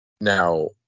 Now